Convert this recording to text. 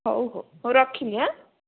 ହଉ ହଉ ହଉ ରଖିଲି